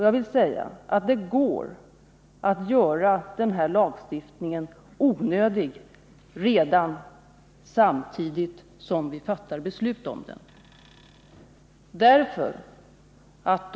Jag vill säga att det går att göra den onödig redan samtidigt som vi fattar beslut om den!